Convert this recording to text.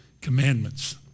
commandments